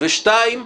ושניים,